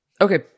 Okay